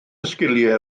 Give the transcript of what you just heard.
sgiliau